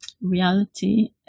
reality